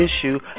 issue